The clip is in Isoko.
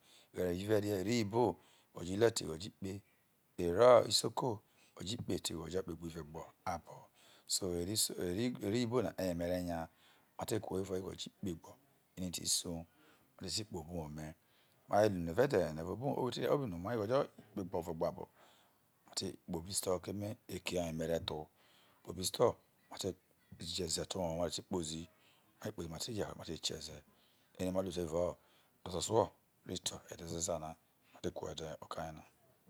Oghere ivne ero iyibo igho iherte ighojo ikpe ero soko ighojo ikpe te ighojo kpegbive gbo abo so ero iso ero ere iyibo na eye mere nyq ate kuho evao ighojo ikpe iminiti iso me re ti kpobo uwoime aje ru no me ve je ru obo uwor fo kpobino me ruere hu ikpegbovo gbabo me te ti kpobo isto keme eki oye mere tho obo isto ma te je ze te owowo mateti kpozi make kpozi mate ho ho mare kieze ere mare ra evao ede ososuo rite ede avo ezezq ore kuho evao edevo oka yona